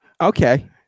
Okay